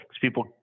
people